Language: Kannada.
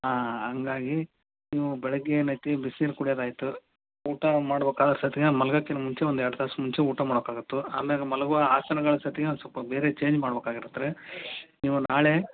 ಹಾಂ ಹಂಗಾಗಿ ನೀವು ಬೆಳಿಗ್ಗೆ ಏನೈತೆ ಬಿಸ್ನೀರು ಕುಡಿಯದು ಆಯಿತು ಊಟ ಮಾಡ್ಬೇಕು ಅಂದ್ರೆ ಸತಿನು ಮಲ್ಗೋಕ್ಕಿನ ಮುಂಚೆ ಒಂದು ಎರಡು ತಾಸು ಮುಂಚೆ ಊಟ ಮಾಡಬೇಕಾಗತ್ತು ಅಮ್ಯಾಗೆ ಮಲಗುವ ಆಸನಗಳು ಸತಿನು ಸ್ವಲ್ಪ ಬೇರೆ ಚೇಂಜ್ ಮಾಡ್ಬೇಕಾಗಿರತ್ತೆ ರೀ ನೀವು ನಾಳೆ